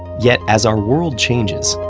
yet, as our world changes,